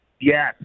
Yes